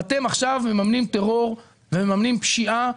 ואתם עכשיו מממנים טרור ומממנים פשיעה,